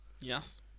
Yes